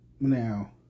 now